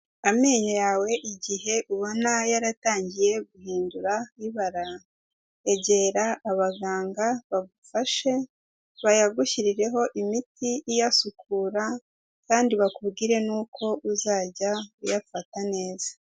Amenyo yawe igihe ubona yaratangiye guhindura ibara, egera abaganga bagufashe bayagushyirireho imiti iyasukura kandi bakubwire n'uko uzajya uyafata neza.